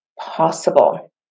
possible